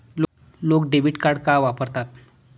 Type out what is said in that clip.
लोक debit card का वापरतात?